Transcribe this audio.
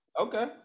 Okay